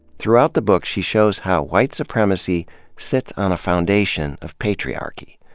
throughout the book, she shows how white supremacy sits on a foundation of patriarchy.